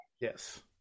Yes